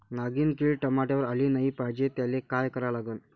नागिन किड टमाट्यावर आली नाही पाहिजे त्याले काय करा लागन?